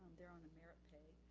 they are on a merit pay.